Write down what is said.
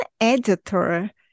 editor